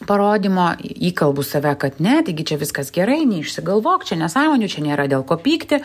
parodymo įkalbu save kad ne tai gi čia viskas gerai neišsigalvok čia nesąmonių čia nėra dėl ko pykti